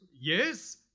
Yes